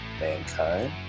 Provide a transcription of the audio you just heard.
Mankind